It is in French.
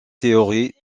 théories